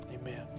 amen